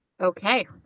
Okay